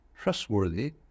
trustworthy